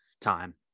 time